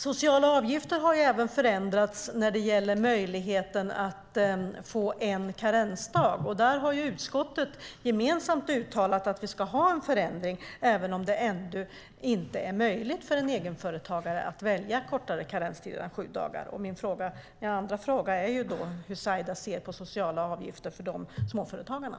Sociala avgifter har även förändrats när det gäller möjligheten att få en karensdag. Där har utskottet gemensamt uttalat att vi ska ha en förändring, även om det ännu inte är möjligt för en egenföretagare att välja kortare karenstid än sju dagar. Hur ser Saila på sociala avgifter för dessa småföretagare?